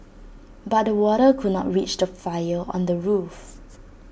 but the water could not reach the fire on the roof